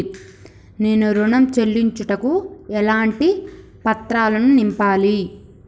నేను ఋణం చెల్లించుటకు ఎలాంటి పత్రాలను నింపాలి?